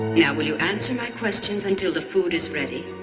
now, will you answer my questions until the food is ready?